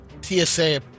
TSA